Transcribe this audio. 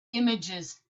images